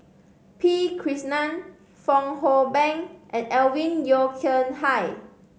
P Krishnan Fong Hoe Beng and Alvin Yeo Khirn Hai